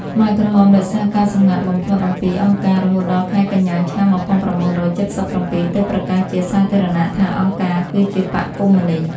ខ្មែរក្រហមរក្សាការសម្ងាត់បំផុតអំពី «អង្គការ» រហូតដល់ខែកញ្ញា ឆ្នាំ១៩៧៧ ទើបប្រកាសជាសាធារណៈថាអង្គការគឺជាបក្សកុម្មុយនីស្ត។